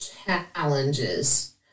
challenges